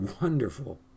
wonderful